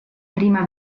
prima